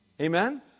Amen